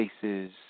faces